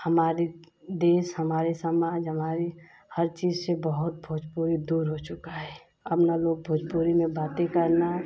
हमारे देश हमारे समाज हमारी हर चीज़ से बहुत भोजपुरी दूर हो चुका है अब न लोग भोजपुरी में बातें करना